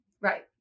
Right